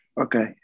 Okay